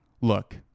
look